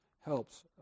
helps